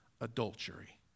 adultery